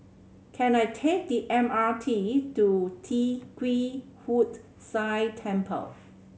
can I take the M R T to Tee Kwee Hood Sia Temple